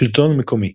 שלטון מקומי